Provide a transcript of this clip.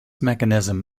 mechanism